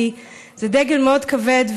כי זה דגל מאוד כבד,